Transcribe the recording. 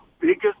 biggest